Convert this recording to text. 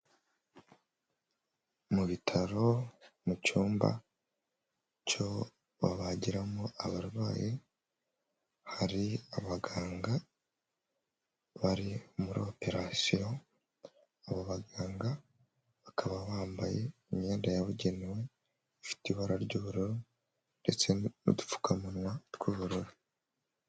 Mu bitaro mu cyumba cyo babagiramo abarwayi, hari abaganga bari muri operasiyo abo baganga bakaba bambaye imyenda yabugenewe ifite ibara ry'ubururu, ndetse n'udupfukamunwa tw'ubururu.